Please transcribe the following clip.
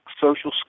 social